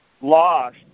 lost